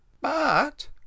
But